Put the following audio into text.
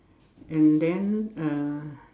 and then uh